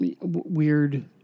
weird